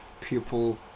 people